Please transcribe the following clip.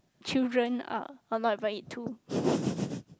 children are are not even it too